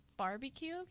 barbecue